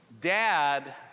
Dad